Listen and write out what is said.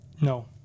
No